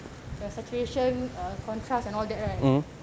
your saturation err contrast and all that right